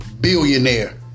billionaire